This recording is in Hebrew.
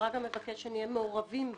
ששרגא מבקש שנהיה מעורבים בה.